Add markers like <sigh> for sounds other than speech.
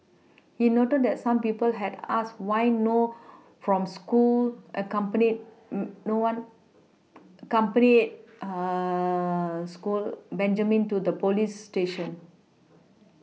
he noted that some people had asked why no from school a company <hesitation> no one <noise> accompanied <hesitation> school Benjamin to the police station <noise>